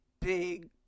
big